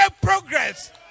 progress